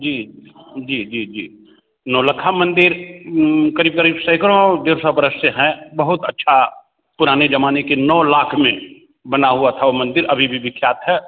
जी जी जी जी नौलक्खा मंदिर क़रीब क़रीब सेकड़ों देव सब बरस से हैं बहुत अच्छा पुराने ज़माने के नौ लाख में बना हुआ था वह मंदिर अभी भी विख्यात है